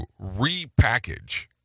repackage